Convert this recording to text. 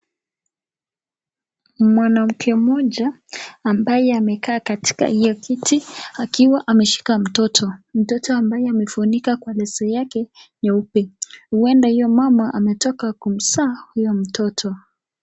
Mwanamke mmoja, amabye amekaa katika hiyo kiti akiwa ameshika mtoto. Mtoto ambaye ameshika kwa leso yake nyeupe, uenda hiyo mama ametoka kumzaa huyo mtoto